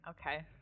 Okay